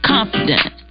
Confident